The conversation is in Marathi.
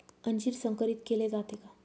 अंजीर संकरित केले जाते का?